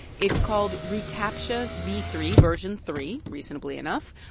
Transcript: it's called recaptcha v three version three, reasonably enough.